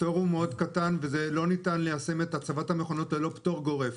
הפטור מאוד קטן ולא ניתן ליישם את הצבת המכונות ללא פטור גורף.